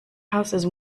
houses